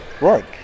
Right